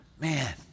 Man